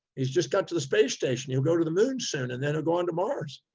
he's just got to the space station. he'll go to the moon soon, and then he'll go onto mars.